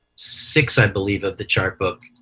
six, i believe, of the chartbook